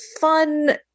fun